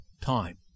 time